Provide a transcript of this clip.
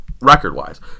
Record-wise